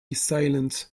silent